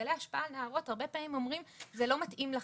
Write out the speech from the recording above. מעגלי השפעה על נערות הרבה פעמים אומרים "זה לא מתאים לכן"